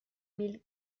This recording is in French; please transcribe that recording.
mille